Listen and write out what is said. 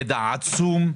ידע עצום.